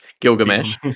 Gilgamesh